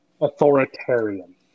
authoritarian